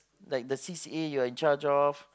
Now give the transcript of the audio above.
like the C_C_A you are in charged of